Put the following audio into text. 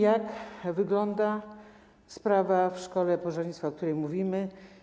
Jak wygląda sprawa w szkole pożarnictwa, o której mówimy?